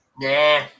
Nah